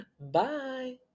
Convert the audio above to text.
Bye